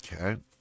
Okay